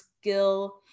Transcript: skill